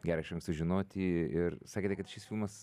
gera iš anksto žinoti ir sakėte kad šis filmas